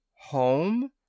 Home